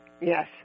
Yes